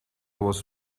was